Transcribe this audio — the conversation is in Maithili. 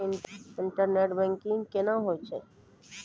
इंटरनेट बैंकिंग कोना होय छै?